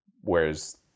whereas